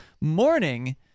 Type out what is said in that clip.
morning